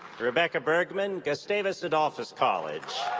rebecca bergman, gustavus adolphus college.